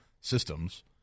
systems